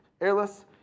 airless